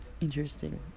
interesting